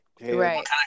Right